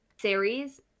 series